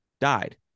died